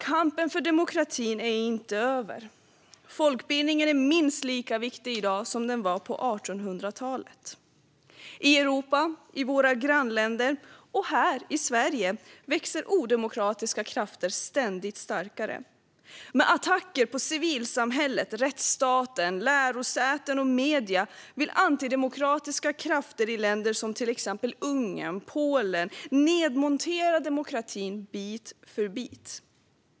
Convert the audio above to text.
Kampen för demokratin är dock inte över. Folkbildningen är minst lika viktig i dag som den var på 1800-talet. I Europa, i våra grannländer och här i Sverige växer sig odemokratiska krafter ständigt starkare. Med attacker på civilsamhället, rättsstaten, lärosäten och medier vill antidemokratiska krafter i länder som till exempel Ungern och Polen nedmontera demokratin bit för bit.